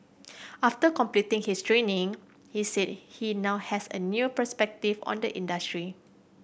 after completing his training he said he now has a new perspective on the industry